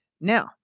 Now